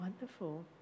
wonderful